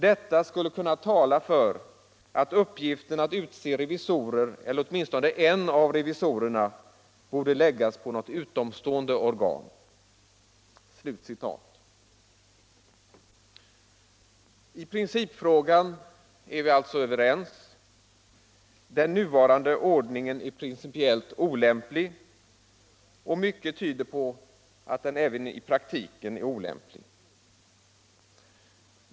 Detta skulle kunna tala för att uppgiften att utse revisorer eller åtminstone en av revisorerna borde läggas på något utomstående organ.” I principfrågan är vi alltså överens. Den nuvarande ordningen är principiellt olämplig, och mycket tyder på att den även i praktiken är olämplig.